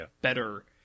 better